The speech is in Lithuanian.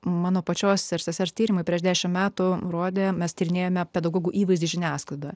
mano pačios ir sesers tyrimui prieš dešimt metų gruodį mes tyrinėjome pedagogų įvaizdį žiniasklaidoje